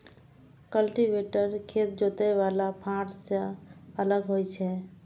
cultivator खेत जोतय बला फाड़ सं अलग होइ छै